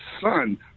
son